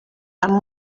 amb